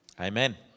Amen